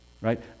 right